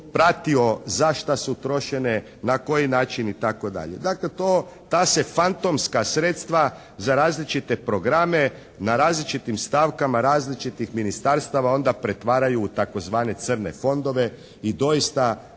pratio za šta su trošene, na koji način, itd. Dakle, to, ta se fantomska sredstva za različite programe na različitim stavkama različitih ministarstava onda pretvaraju u tzv. crne fondove i doista